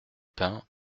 pins